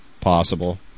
possible